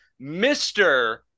Mr